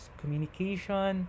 communication